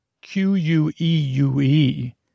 Q-U-E-U-E